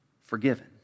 forgiven